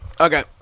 Okay